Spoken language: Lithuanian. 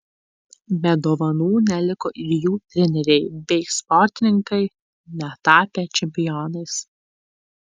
be dovanų neliko ir jų treneriai bei sportininkai netapę čempionais